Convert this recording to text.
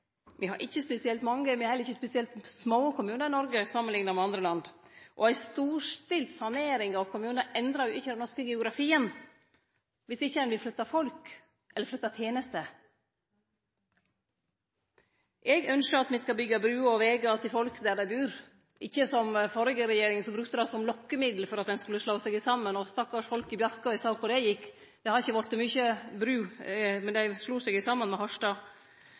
Me har ikkje spesielt mange, og me har heller ikkje spesielt små kommunar i Noreg, samanlikna med andre land. Ei storstilt sanering av kommunar endrar ikkje den norske geografien – dersom ein ikkje vil flytte folk eller tenester. Eg ynskjer at me skal byggje bruer og vegar til folk der dei bur, ikkje som førre regjering, som brukte det som lokkemiddel for at ein skulle slå seg saman. Stakkars folk i Bjarkøy – me såg korleis det gjekk – det har ikkje vorte mykje bru, men dei slo seg saman med